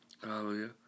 Hallelujah